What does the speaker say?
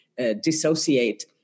dissociate